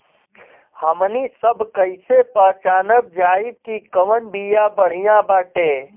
हमनी सभ कईसे पहचानब जाइब की कवन बिया बढ़ियां बाटे?